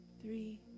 three